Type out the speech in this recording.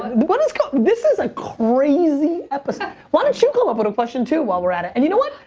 but what is go, this is a crazy episode. why don't you come up with a question too, while we're at it? and you know what,